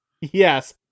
Yes